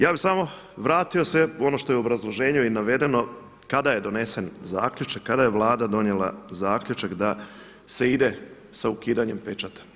Ja bih samo vratio se u ono što je u obrazloženju i navedeno kada je donesen zaključak, kada je Vlada donijela zaključak da se ide sa ukidanjem pečata.